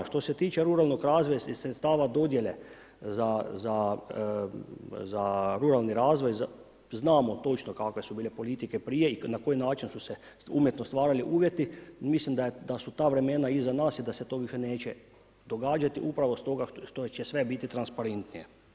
A što se tiče ruralnog razvoja i sredstava dodjele za ruralni razvoj, znamo točno kakve su bile politike prije i na koji način su se umjetno stvarali uvjeti, mislim da su ta vremena iza nas i da se to više neće događati upravo stoga što će sve biti transparentnije.